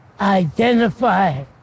Identify